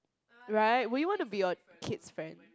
right would you want to be your kids friend